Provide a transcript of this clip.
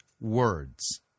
words